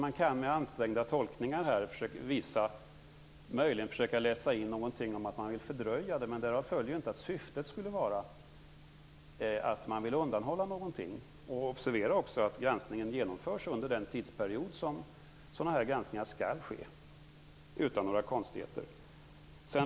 Man kan med ansträngda tolkningar möjligen läsa in någonting om att man ville fördröja det, men därav följer inte att syftet skulle vara att undanhålla någonting. Observera att granskningen genomförs under en tidsperiod som sådana här granskningar skall ske, utan några konstigheter.